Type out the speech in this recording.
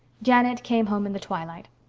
janet came home in the twilight.